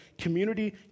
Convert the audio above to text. Community